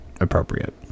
appropriate